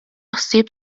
ħsieb